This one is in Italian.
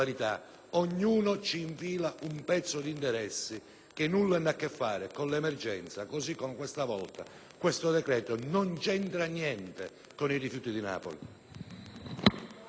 ognuno ci infila un pezzo di interessi che nulla hanno a che fare con l'emergenza, così come questa volta il decreto in esame non c'entra niente con i rifiuti di Napoli.